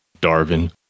Darwin